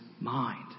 mind